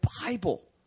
Bible